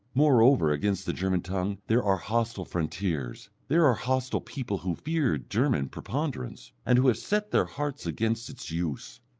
moreover, against the german tongue there are hostile frontiers, there are hostile people who fear german preponderance, and who have set their hearts against its use.